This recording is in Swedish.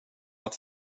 att